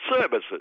services